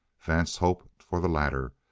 vance hoped for the latter,